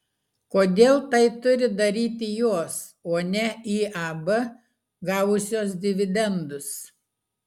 kodėl tai turi daryti jos o ne iab gavusios dividendus